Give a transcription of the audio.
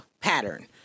pattern